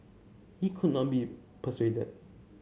he could not be persuaded